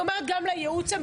--- איך יכולתי?